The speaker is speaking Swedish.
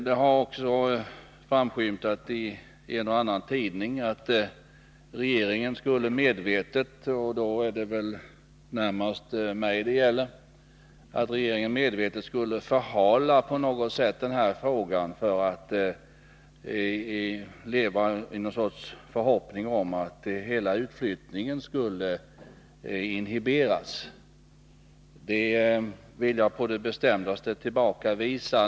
Det har också framskymtat i en och annan tidning att regeringen medvetet — och då är det närmast mig det gäller — skulle förhala den här frågan och leva i någon sorts förhoppning om att hela utflyttningen skulle inhiberas. Det vill jag på det bestämdaste tillbakavisa.